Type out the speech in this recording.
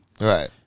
Right